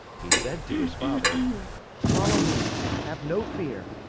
he said to his father follow me and have no fear.